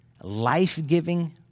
life-giving